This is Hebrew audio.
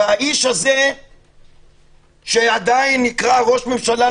והאיש הזה שעדיין נקרא ראש ממשלה,